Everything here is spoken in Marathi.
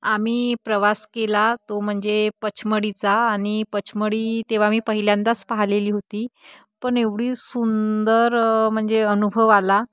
आम्ही प्रवास केला तो म्हणजे पचमडीचा आणि पचमडी तेव्हा मी पहिल्यांदाच पाहिलेली होती पण एवढी सुंदर म्हणजे अनुभव आला